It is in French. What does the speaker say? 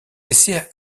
essais